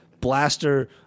blaster